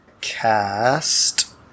cast